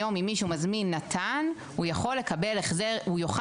היום אם מישהו מזמין נט"ן הוא יוכל לקבל החזר